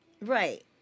Right